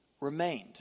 remained